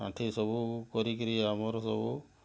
ପାଣ୍ଠି ସବୁ କରିକିରି ଆମର ସବୁ